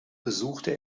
besuchte